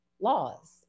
laws